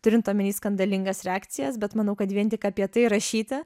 turint omeny skandalingas reakcijas bet manau kad vien tik apie tai rašyti